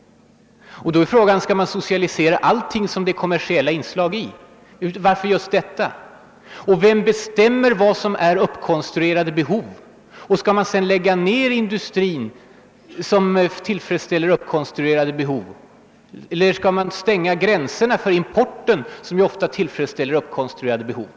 Då är frågan: Skall man socialisera allt som har kommersiella inslag? Och varför just skönhetsmedelsindustrin? Vem bestämmer vad som är »uppkonstruerade behov»? Skall man sedan lägga ned den industri som tillfredsställer de uppkonstruerade behoven? Eller skall man slänga gränserna för importen, som ju ofta tillfredsställer uppkonstruerade behov?